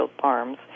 Farms